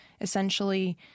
essentially